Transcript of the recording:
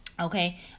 Okay